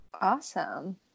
Awesome